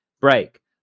break